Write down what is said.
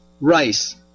rice